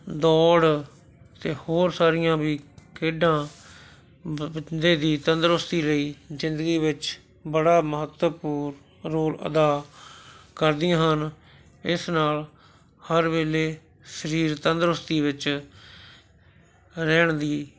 ਦੌੜ ਅਤੇ ਹੋਰ ਸਾਰੀਆਂ ਵੀ ਖੇਡਾਂ ਬੰਦੇ ਦੀ ਤੰਦਰੁਸਤੀ ਲਈ ਜ਼ਿੰਦਗੀ ਵਿੱਚ ਬੜਾ ਮਹੱਤਵਪੂਰਨ ਰੋਲ ਅਦਾ ਕਰਦੀਆਂ ਹਨ ਇਸ ਨਾਲ ਹਰ ਵੇਲੇ ਸਰੀਰ ਤੰਦਰੁਸਤੀ ਵਿੱਚ ਰਹਿਣ ਦੀ